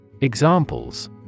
Examples